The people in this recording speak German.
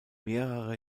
mehrere